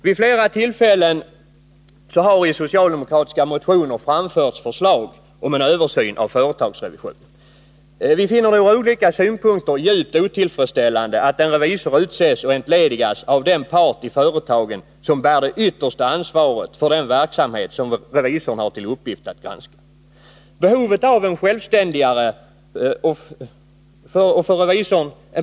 Vid flera tillfällen har i socialdemokratiska motioner framförts förslag om en översyn av företagsrevisionen. Vi finner det ur olika synpunkter djupt otillfredsställande att en revisor utses och entledigas av den part i företagen som bär det yttersta ansvaret för den verksamhet som revisorn har till uppgift att granska.